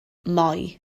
moi